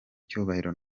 icyubahiro